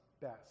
best